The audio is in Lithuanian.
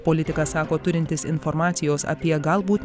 politikas sako turintis informacijos apie galbūt